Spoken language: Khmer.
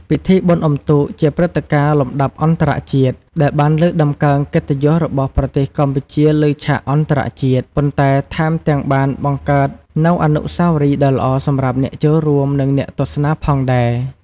ពិធីបុណ្យអុំទូកជាព្រឹត្តិការណ៍លំដាប់អន្តរជាតិ ដែលបានលើកតម្កើងកិត្តិយសរបស់ប្រទេសកម្ពុជាលើឆាកអន្តរជាតិ ប៉ុន្តែថែមទាំងបានបង្កើតនូវអនុស្សាវរីយ៍ដ៏ល្អសម្រាប់អ្នកចូលរួម និងអ្នកទស្សនាផងដែរ។